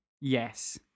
Yes